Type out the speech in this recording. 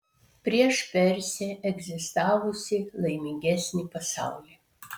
prieš persę egzistavusį laimingesnį pasaulį